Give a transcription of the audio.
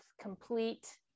complete